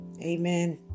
Amen